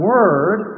Word